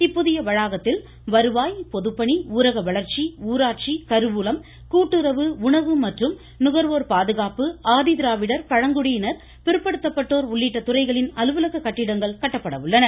இப்புதிய வளாகத்தில் வருவாய் பொதுப்பணி ஊரக வளர்ச்சி ஊராட்சி கருவூலம் கூட்டுறவு உணவு மற்றும் நுகர்வோர் பாதுகாப்பு ஆதி திராவிடர் பழங்குடியின் பிற்படுத்தப்பட்டோர் உள்ளிட்ட துறைகளின் அலுவலக கட்டடங்கள் கட்டப்பட உள்ளன